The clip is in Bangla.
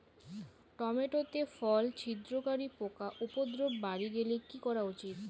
টমেটো তে ফল ছিদ্রকারী পোকা উপদ্রব বাড়ি গেলে কি করা উচিৎ?